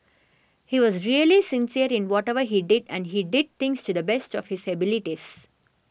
he was really sincere in whatever he did and he did things to the best of his abilities